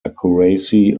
accuracy